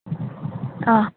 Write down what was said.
অ'